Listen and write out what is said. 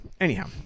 anyhow